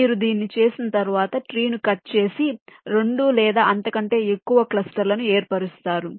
మీరు దీన్ని చేసిన తర్వాత ట్రీ ను కట్ చేసి 2 లేదా అంతకంటే ఎక్కువ క్లస్టర్ లను ఏర్పరుస్తారు